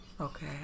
Okay